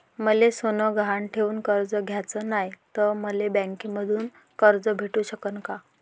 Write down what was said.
मले सोनं गहान ठेवून कर्ज घ्याचं नाय, त मले बँकेमधून कर्ज भेटू शकन का?